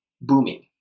booming